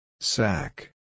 Sack